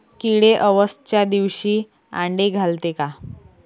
किडे अवसच्या दिवशी आंडे घालते का?